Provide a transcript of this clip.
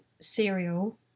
cereal